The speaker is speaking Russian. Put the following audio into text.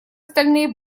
стальные